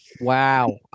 Wow